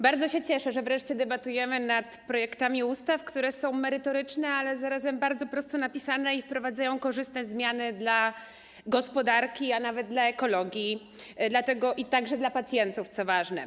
Bardzo się cieszę, że wreszcie debatujemy nad projektami ustaw, które są merytoryczne, ale zarazem bardzo prosto napisane, które wprowadzają korzystne zmiany dla gospodarki, a nawet dla ekologii, także dla pacjentów, co ważne.